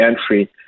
entry